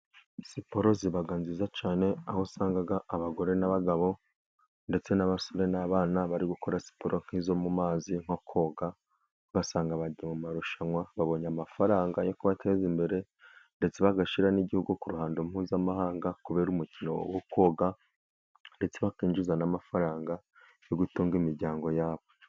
Siporo iba nziza cyane, aho usanga abagore n'abagabo ndetse n'abasore n'abana, bari gukora siporo nk'izo mu mazi, nko koga ugasanga bajya mu marushanwa babonye amafaranga yo kubateza imbere. Ndetse bagashyira n'Igihugu ku ruhando mpuzamahanga, kubera umukino wo koga. Ndetse bakinjiza n'amafaranga yo gutunga imiryango yabo.